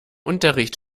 unterricht